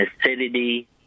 acidity